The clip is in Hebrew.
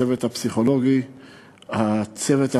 הצוות הפסיכולוגי,